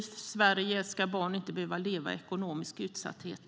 I Sverige ska barn inte behöva leva i ekonomisk utsatthet.